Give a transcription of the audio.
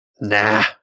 nah